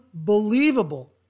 unbelievable